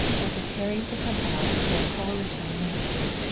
were preparing to come out for a coalition ministry.